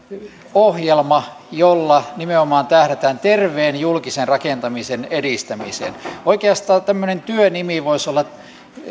ohjelma jolla nimenomaan tähdätään terveen julkisen rakentamisen edistämiseen oikeastaan työnimi voisi olla